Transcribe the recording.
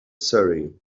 surrey